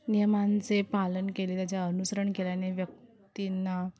नियमांचे पालन केले त्याचे अनुसरण केल्याने व्यक्तींना